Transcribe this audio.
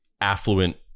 affluent